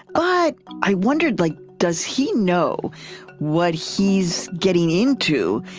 but i wondered, like, does he know what he's getting into,